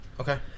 Okay